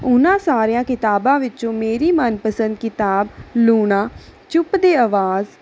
ਉਹਨਾਂ ਸਾਰੀਆਂ ਕਿਤਾਬਾਂ ਵਿੱਚੋਂ ਮੇਰੀ ਮਨਪਸੰਦ ਕਿਤਾਬ ਲੂਣਾ ਚੁੱਪ ਦੀ ਆਵਾਜ਼